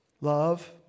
love